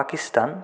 Pakistan